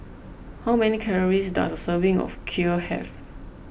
how many calories does a serving of Kheer have